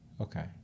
okay